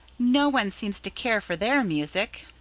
no one seems to care for their music.